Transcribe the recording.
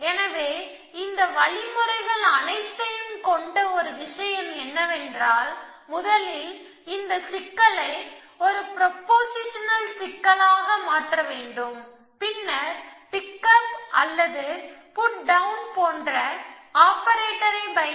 எனவே இந்த வழிமுறைகள் அனைத்தையும் கொண்ட ஒரு விஷயம் என்னவென்றால் முதலில் இந்த சிக்கலை ஒரு ப்ரொபொசிஷனல் சிக்கலாக மாற்ற வேண்டும் பின்னர் பிக்கப் அல்லது புட்டவுன் போன்ற ஆபரேட்டரை பயன்படுத்தலாம்